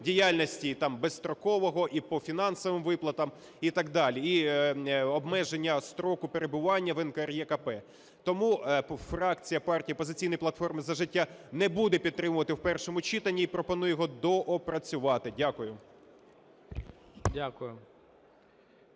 діяльності безстрокового і по фінансовим виплатам і так далі, і обмеження строку перебування в НКРЕКП. Тому фракція партії "Опозиційна платформа - За життя" не буде підтримувати в першому читанні і пропонує його доопрацювати. Дякую.